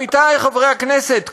ועמיתי חברי הכנסת,